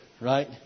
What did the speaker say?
Right